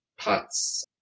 POTS